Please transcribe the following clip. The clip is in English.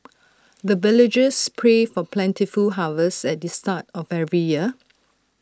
the villagers pray for plentiful harvest at the start of every year